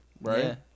Right